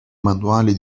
manuali